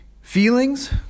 Feelings